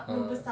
ah